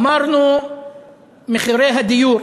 אמרנו מחירי הדיור.